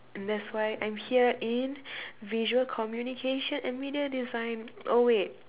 and that's why I'm here in visual communication and media design oh wait